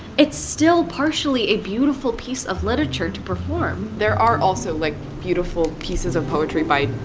it's still partially a beautiful piece of literature to perform there are also, like, beautiful pieces of poetry by,